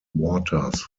waters